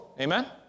amen